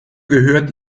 gehört